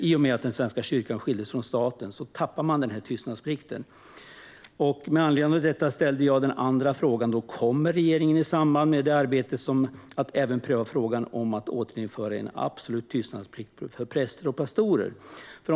I och med att Svenska kyrkan skildes från staten tappade man tystnadsplikten. Med anledning av detta ställde jag min andra interpellationsfråga: Kommer regeringen i samband med det arbetet att även pröva frågan om att återinföra en absolut tystnadsplikt för präster och pastorer?